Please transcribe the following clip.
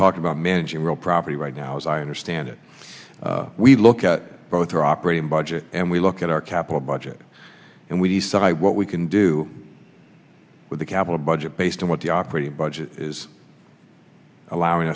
talking about managing real property right now as i understand it we look at both our operating budget and we look at our capital budget and we decide what we can do with the capital budget based on what the operating budget is allowing